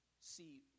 see